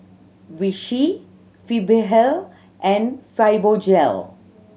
Vichy Blephagel and Fibogel